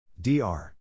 Dr